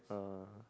uh